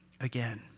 again